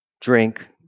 drink